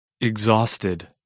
Exhausted